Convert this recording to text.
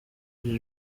iri